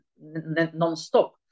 non-stop